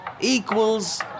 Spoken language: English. equals